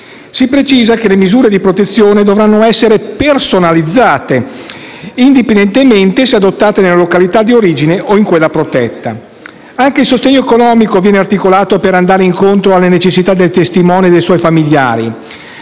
Si precisa che le misure di protezione dovranno essere personalizzate, indipendentemente se adottate nella località di origine o in quella protetta. Anche il sostegno economico viene articolato per andare incontro alle necessità del testimone e dei suoi familiari: